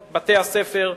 בתי-ספר,